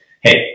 hey